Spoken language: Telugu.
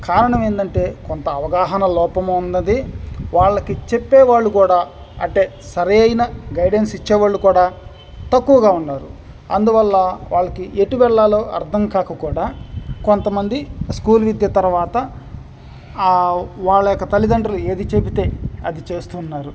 కారణం ఏంటంటే కొంత అవగాహన లోపం ఉన్నది వాళ్ళకి చెప్పే వాళ్ళు కూడా అంటే సరైన గైడెన్స్ ఇచ్చేవాళ్ళు కూడా తక్కువగా ఉన్నారు అందువల్ల వాళ్ళకి ఎటు వెళ్ళాలో అర్థం కాక కూడా కొంతమంది స్కూల్ విద్య తరువాత ఆ వాళ్ళ యొక్క తల్లిదండ్రులు ఏదిచెప్తే అది చేస్తున్నారు